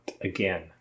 again